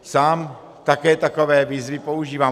Sám také takové výzvy používám.